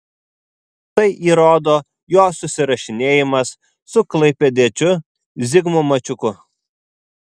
tai įrodo jo susirašinėjimas su klaipėdiečiu zigmu mačiuku